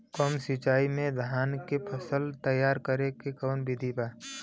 कम सिचाई में धान के फसल तैयार करे क कवन बिधि बा?